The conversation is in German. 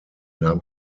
nahm